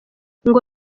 ngo